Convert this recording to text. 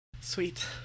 Sweet